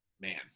man